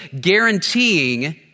guaranteeing